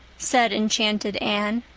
said enchanted anne.